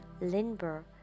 Lindbergh